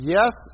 Yes